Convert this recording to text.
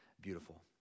beautiful